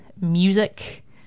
music